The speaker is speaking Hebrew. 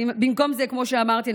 כמו שאמרתי,